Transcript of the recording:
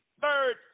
third